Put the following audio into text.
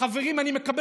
הוא אמר: אני אתקן,